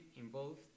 involved